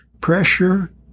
pressure